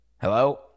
hello